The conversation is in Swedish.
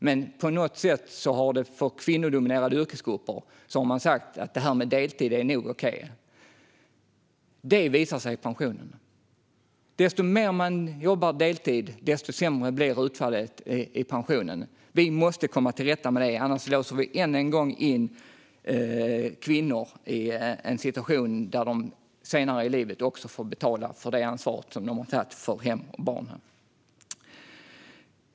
Men på något sätt har man för kvinnodominerade yrkesgrupper sagt att "det här med deltid är nog okej". Det visar sig i pensionerna. Ju mer deltid man jobbar, desto sämre blir utfallet i pensionen. Vi måste komma till rätta med det. Annars låser vi än en gång in kvinnor i en situation som innebär att de senare i livet får betala för det ansvar de har tagit för hem och barn.